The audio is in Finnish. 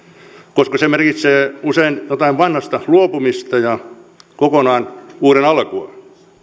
koska se merkitsee usein jostain vanhasta luopumista ja kokonaan uuden alkua